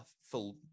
full